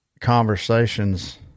conversations